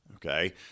Okay